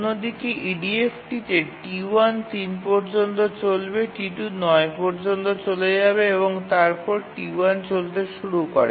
অন্যদিকে EDF টিতে T1 ৩ পর্যন্ত চলবে T2 ৯ পর্যন্ত চলে যাবে এবং তারপরে T1 চালতে শুরু করে